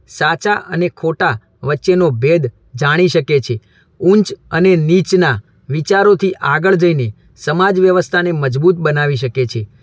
સાચા અને ખોટા વચ્ચેનો ભેદ જાણી શકે છે ઊંચ અને નીચના વિચારોથી આગળ જઈને સમાજ વ્યવસ્થાને મજબૂત બનાવી શકે છે